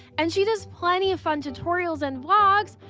and she does plenty of fun tutorials and vlogs.